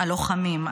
הלוחמים,